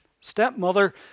stepmother